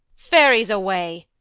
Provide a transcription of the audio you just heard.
fairies, away.